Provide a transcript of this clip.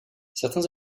certains